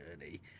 journey